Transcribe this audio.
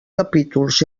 capítols